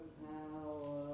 power